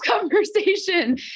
conversation